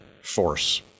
force